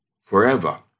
forever